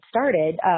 started